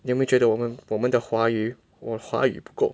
有没有觉得我们我们的华语我的华语不够